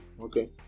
Okay